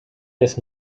des